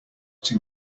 too